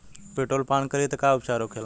Petrol पान करी तब का उपचार होखेला?